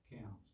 counts